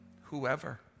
whoever